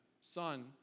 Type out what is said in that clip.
son